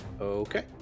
Okay